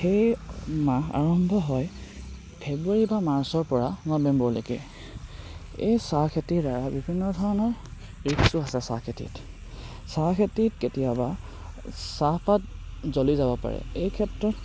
সেই মাহ আৰম্ভ হয় ফেব্ৰুৱাৰী বা মাৰ্চৰ পৰা নৱেম্বৰলৈকে এই চাহ খেতিৰ বিভিন্ন ধৰণৰ ৰিস্কো আছে চাহ খেতিত চাহ খেতিত কেতিয়াবা চাহপাত জ্বলি যাব পাৰে এই ক্ষেত্ৰত